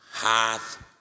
Hath